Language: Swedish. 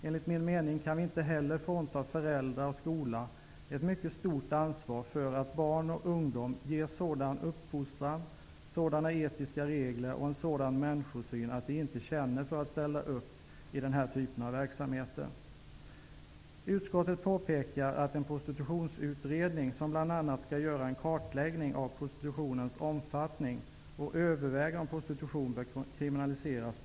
Enligt min mening kan vi inte heller frånta föräldrar och skola ett mycket stort ansvar för att barn och ungdom ges sådan uppfostran, sådana etiska regler och sådan människosyn att de inte känner för att ställa upp i den här typen av verksamheter. Utskottet påpekar att en prostitutionsutredning pågår. Den skall bl.a. göra en kartläggning av prostitutionens omfattning och överväga om prostitution bör kriminaliseras.